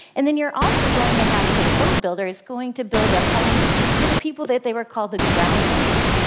and then you're also going to have the code builder's going to build the homes for the people that they were called the groundlings.